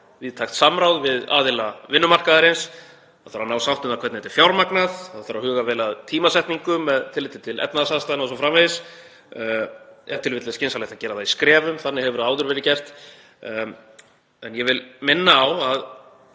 víðtækt samráð við aðila vinnumarkaðarins. Það þarf að ná sátt um það hvernig þetta er fjármagnað. Það þarf að huga vel að tímasetningu með tilliti til efnahagsaðstæðna o.s.frv., e.t.v. er skynsamlegt að gera það í skrefum, þannig hefur það áður verið gert. En ég vil minna á í